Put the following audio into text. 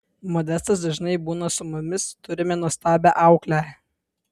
modestas dažnai būna su mumis turime nuostabią auklę